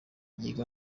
yiga